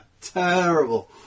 Terrible